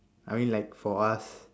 I mean like for us